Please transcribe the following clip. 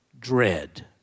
dread